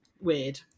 weird